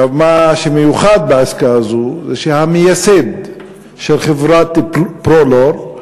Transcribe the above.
מה שמיוחד בעסקה הזו זה שהמייסד של חברת "פרולור"